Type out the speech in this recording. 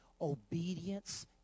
obedience